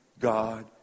God